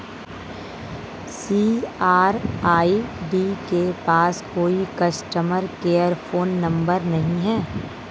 CRED के पास कोई कस्टमर केयर फोन नंबर नहीं है